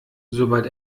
sobald